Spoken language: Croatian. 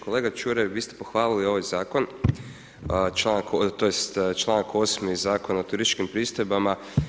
Kolega Čuraj, vi ste pohvalili ovaj zakon, tj. čl. 8. Zakona o turističkim pristojbama.